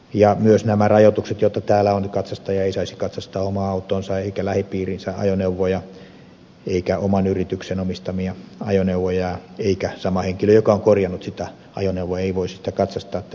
ja myös nämä rajoitukset joita täällä on katsastaja ei saisi katsastaa omaa autoansa eikä lähipiirinsä ajoneuvoja eikä oman yrityksen omistamia ajoneuvoja eikä sama henkilö joka on korjannut sitä ajoneuvoa voi sitä katsastaa ovat ihan hyvät